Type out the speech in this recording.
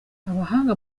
abahanga